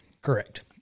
Correct